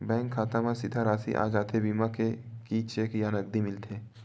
Bank खाता मा सीधा राशि आ जाथे बीमा के कि चेक या नकदी मिलथे?